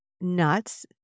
nuts